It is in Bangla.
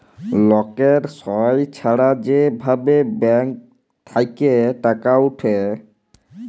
লকের সই ছাড়া যে ভাবে ব্যাঙ্ক থেক্যে টাকা উঠে